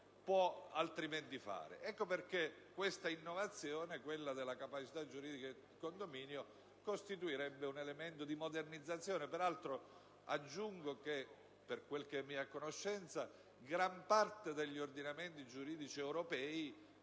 può altrimenti fare. Ecco perché questa innovazione, la capacità giuridica del condominio, costituirebbe un elemento di modernizzazione. Peraltro, aggiungo che, per quel che è di mia conoscenza, gran parte degli ordinamenti giuridici europei